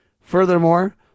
Furthermore